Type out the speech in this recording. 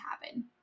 happen